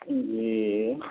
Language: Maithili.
जी